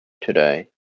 today